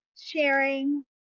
sharing